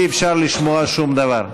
אי-אפשר לשמוע שום דבר.